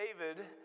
David